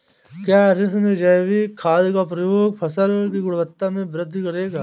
क्या कृषि में जैविक खाद का प्रयोग फसल की गुणवत्ता में वृद्धि करेगा?